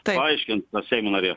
paaiškins ta seimo narė